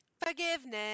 forgiveness